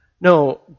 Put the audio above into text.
No